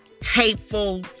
hateful